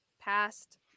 past